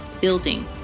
building